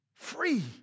Free